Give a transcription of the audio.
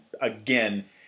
again